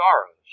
sorrows